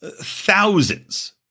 thousands